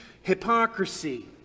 hypocrisy